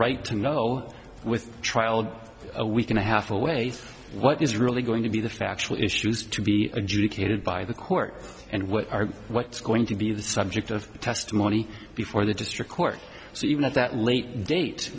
right to know with trial a week and a half away what is really going to be the factual issues to be adjudicated by the court and what are what's going to be the subject of testimony before the district court so even at that late date